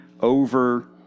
over